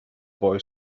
boy